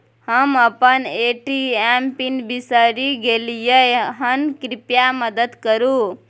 हम अपन ATM PIN बिसरि गलियै हन, कृपया मदद करु